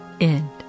End